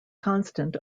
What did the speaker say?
constant